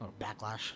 backlash